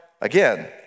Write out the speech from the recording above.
again